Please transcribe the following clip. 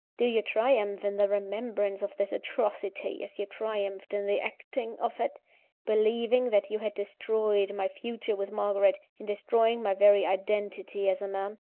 do you triumph in the remembrance of this atrocity, as you triumphed in the acting of it believing that you had destroyed my future with margaret, in destroying my very identity as a man?